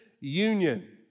union